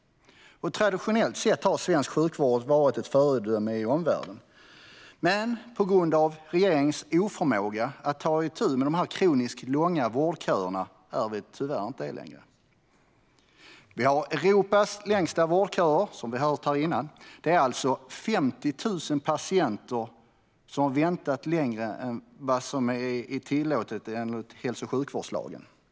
Traditionellt sett har svensk sjukvård varit ett föredöme för omvärlden. Men på grund av regeringens oförmåga att ta itu med de kroniskt långa vårdköerna är det tyvärr inte så längre. Vi har Europas längsta vårdköer, som vi har hört här tidigare. Det är 50 000 patienter som har väntat längre än vad som är tillåtet enligt hälso och sjukvårdslagen.